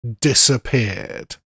disappeared